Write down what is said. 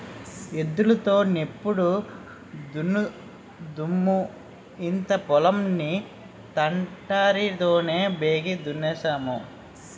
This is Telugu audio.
ఎద్దులు తో నెప్పుడు దున్నుదుము ఇంత పొలం ని తాటరి తోనే బేగి దున్నేన్నాము